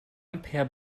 ampere